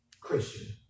Christian